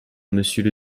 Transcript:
monsieur